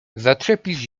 zaczepić